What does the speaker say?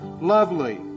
lovely